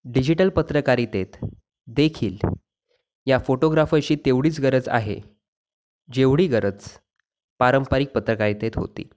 digital पत्रकारितेत देखील या फोटोग्राफर्सची तेवढीच गरज आहे जेवढी गरज पारंपरिक पत्रकारितेत होती